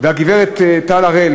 לגברת טל הראל,